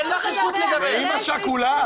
אמא שכולה?